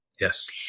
Yes